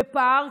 בפער,